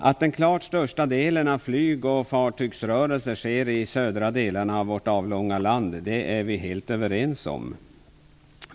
Att den klart största delen av flyg och fartygsrörelserna sker i södra delarna av vårt avlånga land är vi helt överens om.